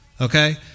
Okay